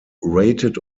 rated